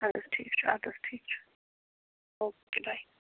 اَدٕ حظ ٹھیٖک چھُ اَدٕ حظ ٹھیٖک چھُ او کے باے